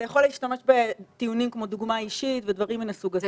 אתה יכול להשתמש בטיעונים כמו דוגמה אישית ודברים מן הסוג הזה,